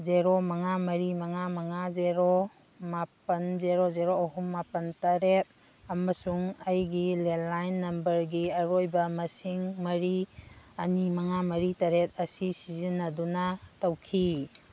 zero ꯃꯉꯥ ꯃꯔꯤ ꯃꯉꯥ ꯃꯉꯥ ꯖꯦꯔꯣ ꯃꯥꯄꯜ ꯖꯦꯔꯣ ꯖꯦꯔꯣ ꯑꯍꯨꯝ ꯃꯥꯞꯜ ꯇꯔꯦꯠ ꯑꯃꯁꯨꯡ ꯑꯩꯒꯤ ꯂꯦꯟꯂꯥꯏꯟ ꯅꯝꯕꯔꯒꯤ ꯑꯔꯣꯏꯕ ꯃꯁꯤꯡ ꯃꯔꯤ ꯑꯅꯤ ꯃꯉꯥ ꯃꯔꯤ ꯇꯔꯦꯠ ꯑꯁꯤ ꯁꯤꯖꯤꯟꯅꯗꯨꯅ ꯇꯧꯈꯤ